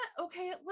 okay